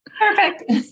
perfect